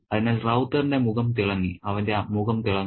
അതിനാൽ റൌത്തറിന്റെ മുഖം തിളങ്ങി അവന്റെ മുഖം തിളങ്ങുന്നു